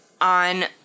on